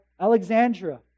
Alexandria